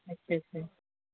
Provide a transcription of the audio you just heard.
आच्चा आच्चा